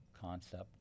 concept